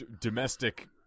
domestic